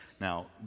Now